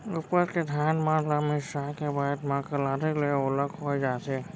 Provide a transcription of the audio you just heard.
उप्पर के धान मन ल मिसाय के बाद म कलारी ले ओला खोय जाथे